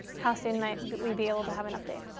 how soon might we be able to have an update?